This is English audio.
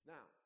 Now